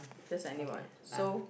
just any one so